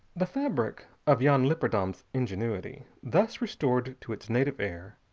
the fabric of jan lipperdam's ingenuity, thus restored to its native air,